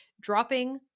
dropping